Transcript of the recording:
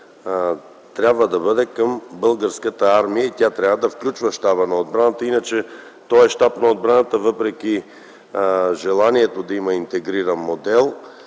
трябва да бъде към Българската армия. Тя трябва да включва Щаба на отбраната. Иначе този Щаб на отбраната, въпреки желанието да има интегриран модел,